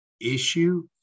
issue